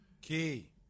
Key